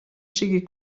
sigui